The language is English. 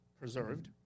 preserved